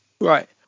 Right